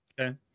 Okay